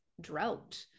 drought